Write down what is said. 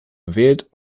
gewählt